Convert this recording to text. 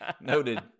Noted